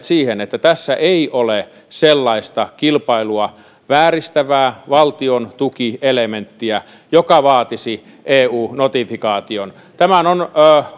siihen että tässä ei ole sellaista kilpailua vääristävää valtiontukielementtiä joka vaatisi eu notifikaation tämän on